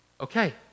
Okay